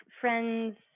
Friends